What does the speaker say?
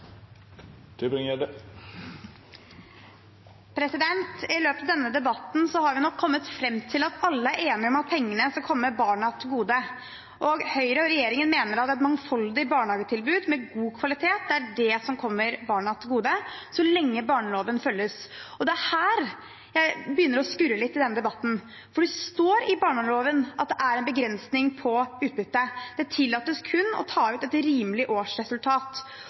slutt på. I løpet av denne debatten har vi nok kommet fram til at alle er enige om at pengene skal komme barna til gode. Høyre og regjeringen mener at et mangfoldig barnehagetilbud med god kvalitet er det som kommer barna til gode, så lenge barnehageloven følges. Og det er her det begynner å skurre litt i denne debatten. For det står i barnehageloven at det er en begrensning på utbytte, det tillates kun å ta ut et rimelig årsresultat.